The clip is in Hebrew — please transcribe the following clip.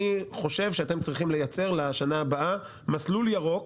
אני חושב שאתם צריכים לייצר לשנה הבאה מסלול ירוק